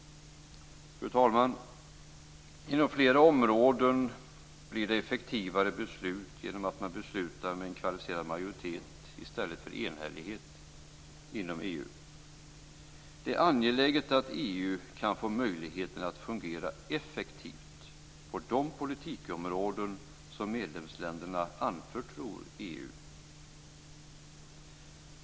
Fru talman! Inom flera områden blir det effektivare beslut genom att man beslutar med en kvalificerad majoritet i stället för med enhällighet inom EU. Det är angeläget att EU kan få möjligheter att fungera effektivt på de politikområden som medlemsländerna anförtror EU.